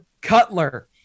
Cutler